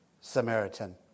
Samaritan